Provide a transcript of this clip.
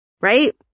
right